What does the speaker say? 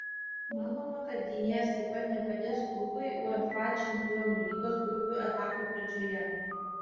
manoma kad gynėjas taip pat nepadės klubui uefa čempionų lygos grupių etapo pradžioje